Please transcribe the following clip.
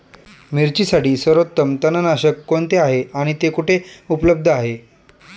मिरचीसाठी सर्वोत्तम तणनाशक कोणते आहे आणि ते कुठे उपलब्ध आहे?